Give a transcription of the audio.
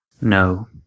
no